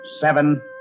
Seven